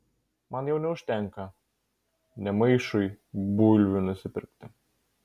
man jau neužtenka nė maišui bulvių nusipirkti